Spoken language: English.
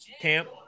camp